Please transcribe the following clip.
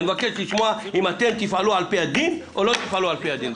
אני מבקש לשמוע אם אתם תפעלו על פי הדין או לא תפעלו על פי הדין.